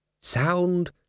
Sound